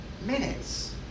minutes